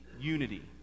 unity